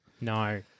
no